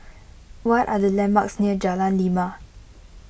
what are the landmarks near Jalan Lima